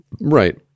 Right